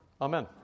Amen